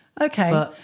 Okay